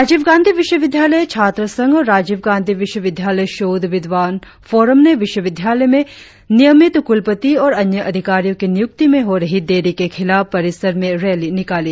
राजीव गांधी विश्वविद्यालय छात्र संघ और राजीव गांधी विश्वविद्यालय शोध विद्वान फॉरम ने विश्वविद्यालय में नियमित कुलपति और अन्य अधिकारियों की नियुक्ति में हो रही देरी के खिलाफ परिसर में रैली निकाली